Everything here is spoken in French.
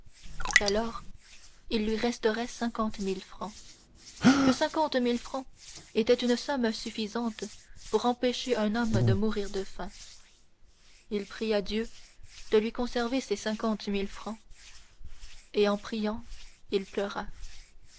qu'alors il lui resterait cinquante mille francs que cinquante mille francs étaient une somme suffisante pour empêcher un homme de mourir de faim il pria dieu de lui conserver ces cinquante mille francs et en priant il pleura